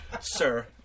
sir